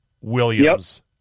Williams